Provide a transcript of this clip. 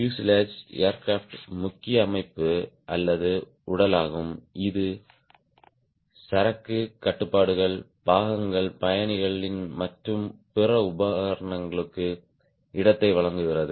fuselage aircraft முக்கிய அமைப்பு அல்லது உடலாகும் இது சரக்கு கட்டுப்பாடுகள் பாகங்கள் பயணிகள் மற்றும் பிற உபகரணங்களுக்கு இடத்தை வழங்குகிறது